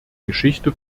geschichte